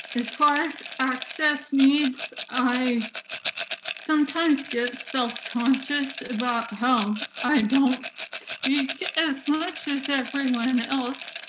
as far as access needs, i sometimes get self-conscious about home. i don't speak as much as everyone else.